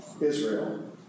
Israel